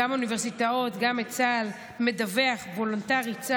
צה"ל מדווח וולונטרית,